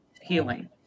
healing